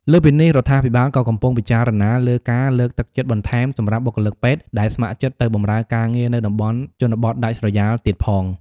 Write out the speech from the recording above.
លើសពីនេះ រដ្ឋាភិបាលក៏កំពុងពិចារណាលើ ការលើកទឹកចិត្តបន្ថែម សម្រាប់បុគ្គលិកពេទ្យដែលស្ម័គ្រចិត្តទៅបម្រើការងារនៅតំបន់ជនបទដាច់ស្រយាលទៀតផង។